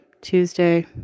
Tuesday